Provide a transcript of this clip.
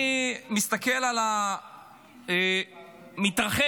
אני מסתכל על המתרחש,